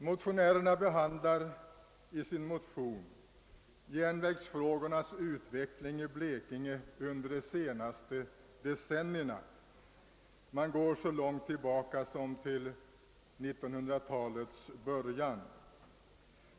Motionärerna behandlar i sin motion järnvägsfrågornas utveckling i Blekinge under de senaste decennierna — man går så långt tillbaka som till 1900-talets början.